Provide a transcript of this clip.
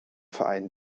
verein